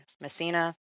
Messina